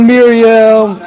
Miriam